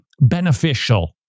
beneficial